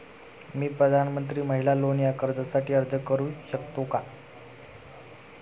मी प्रधानमंत्री महिला लोन या कर्जासाठी अर्ज करू शकतो का?